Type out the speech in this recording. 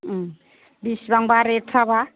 बेसेबांबा रेट फोराबा